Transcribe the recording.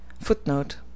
Footnote